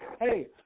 hey